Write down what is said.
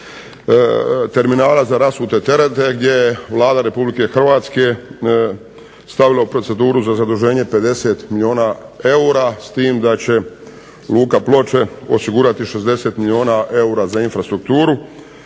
terminala za rasute terete, gdje je Vlada Republike Hrvatske stavila u proceduru za zaduženje 50 milijuna eura, s tim da će luka Ploče osigurati 60 milijuna eura za infrastrukturu,